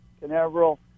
Canaveral